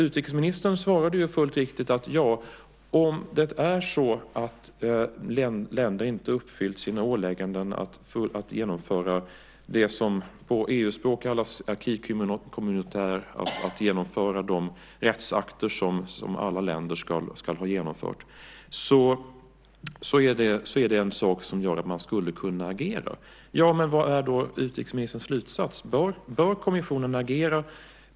Utrikesministern sade, vilket är helt riktigt, att om länder inte uppfyllt sina ålägganden om att genomföra det som på EU-språk kallas acquis communautaire , alltså genomföra eller tillämpa de rättsakter som alla länder ska ha genomfört eller tillämpat, innebär det att man skulle kunna agera. Vad är då utrikesministerns slutsats? Bör kommissionen agera?